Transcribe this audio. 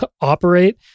operate